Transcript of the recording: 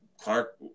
Clark